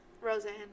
Roseanne